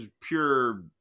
pure